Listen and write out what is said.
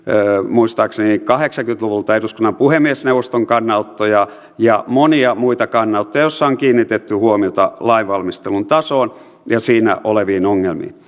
muistaakseni kahdeksankymmentä luvulta eduskunnan puhemiesneuvoston kannanottoja ja monia muita kannanottoja joissa on kiinnitetty huomiota lainvalmistelun tasoon ja siinä oleviin ongelmiin